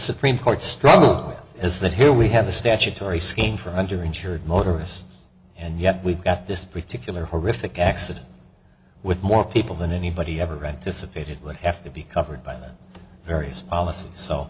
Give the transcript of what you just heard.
supreme court struck of is that here we have a statutory scheme for under insured motorists and yet we've got this particular horrific accident with more people than anybody ever grant dissipated would have to be covered by the various policies so